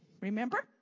remember